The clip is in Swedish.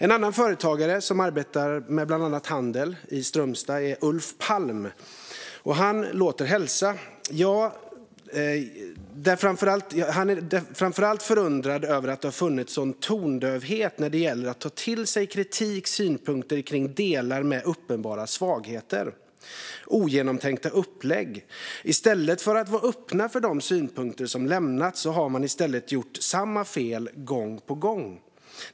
En annan företagare som arbetar med bland annat handel i Strömstad är Ulf Palm. Han är framför allt förundrad över att det har funnits en sådan tondövhet när det gäller att ta till sig kritik och synpunkter kring delar med uppenbara svagheter och ogenomtänkta upplägg. I stället för att vara öppen för de synpunkter som lämnats har man gjort samma fel gång på gång.